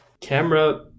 Camera